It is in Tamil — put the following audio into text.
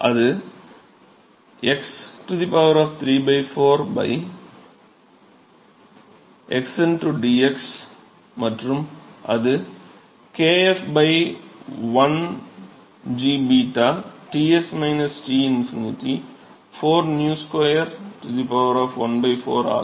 அது x¾ x dx மற்றும் அது kf l g 𝞫 Ts T∞ 4𝝂2 ¼ ஆகும்